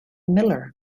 miller